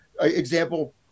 example